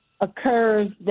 occurs